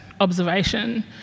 observation